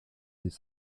des